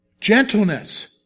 Gentleness